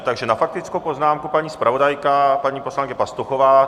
Takže na faktickou poznámku paní zpravodajka, paní poslankyně Pastuchová.